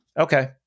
Okay